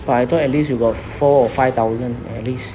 but I thought at least you got four or five thousand at least